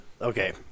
Okay